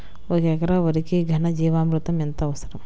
ఒక ఎకరా వరికి ఘన జీవామృతం ఎంత అవసరం?